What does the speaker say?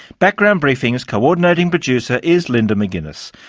background briefing's coordinating producer is linda mcginness.